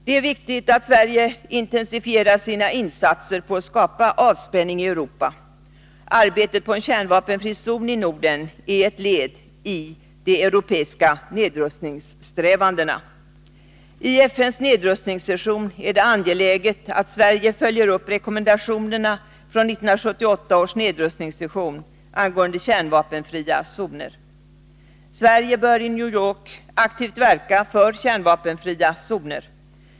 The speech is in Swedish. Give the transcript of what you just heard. Det är vidare viktigt att Sverige intensifierar sina insatser när det gäller att skapa avspänning i Europa. Arbetet på en kärnvapenfri zon i Norden är ett led i de europeiska nedrustningssträvandena. När det gäller FN:s nedrustningssession är det angeläget att Sverige följer upp rekommendationerna från 1978 års nedrustningssession angående kärnvapenfria zoner. Sverige bör i New York aktivt verka för kärnvapenfria zoner.